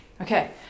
okay